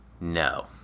No